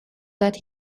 that